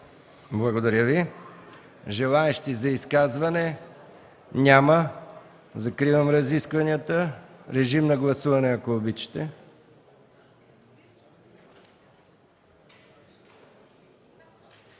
Благодаря Ви. Желаещи за изказвания? Няма. Закривам разискванията. Режим на гласуване, ако обичате.